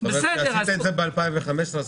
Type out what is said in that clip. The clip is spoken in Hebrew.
אנחנו נמצאים היום במקום אחר,